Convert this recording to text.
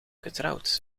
getrouwd